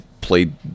played